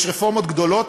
יש רפורמות גדולות,